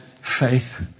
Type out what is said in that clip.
faith